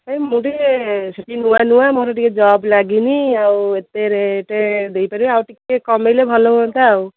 ନାହିଁ ମୁଁ ଟିକେ ସେଠି ନୂଆ ନୂଆ ମୋର ଟିକେ ଜବ୍ ଲାଗିନି ଆଉ ଏତେ ରେଟ୍ ଦେଇ ପାରିବିନି ଆଉ ଟିକେ କମାଇଲେ ଭଲ ହୁଅନ୍ତା ଆଉ